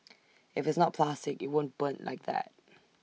if it's not plastic IT won't burn like that